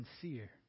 sincere